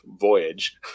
voyage